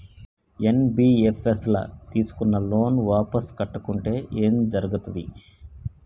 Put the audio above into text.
NBFS ల తీస్కున్న loan వాపస్ కట్టకుంటే ఏం జర్గుతది?